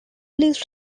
least